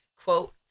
Quote